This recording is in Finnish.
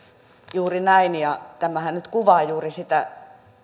juuri näin ja tämähän nyt kuvaa juuri sitä